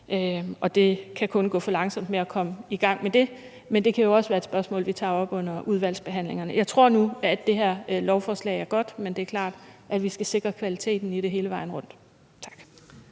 det kan kun gå for langsomt med at komme i gang med det. Men det kan jo også være et spørgsmål, vi tager op under udvalgsbehandlingen. Jeg tror nu, at det her lovforslag er godt, men det er klart, at vi skal sikre kvaliteten i det hele vejen rundt. Tak.